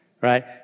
right